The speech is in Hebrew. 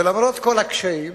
ולמרות כל הקשיים,